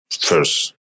first